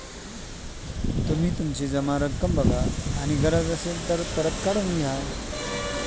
तुम्ही तुमची जमा रक्कम बघा आणि गरज असेल तर परत काढून घ्या